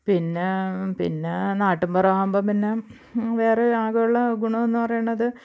പിന്നെ പിന്നെ നാട്ടിന്പുറം ആവുമ്പം പിന്നെ വേറെ ആകെയുള്ള ഗുണം എന്ന് പറയുന്നത്